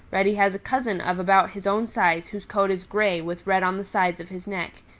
reddy has a cousin of about his own size whose coat is gray with red on the sides of his neck,